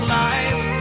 life